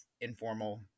informal